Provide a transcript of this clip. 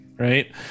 Right